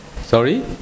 sorry